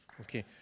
okay